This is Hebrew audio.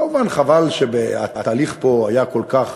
כמובן, חבל שהתהליך פה היה כל כך